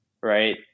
right